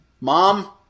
Mom